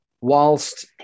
whilst